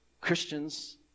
Christians